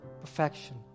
perfection